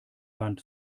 wand